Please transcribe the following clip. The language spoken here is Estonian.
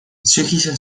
sügisel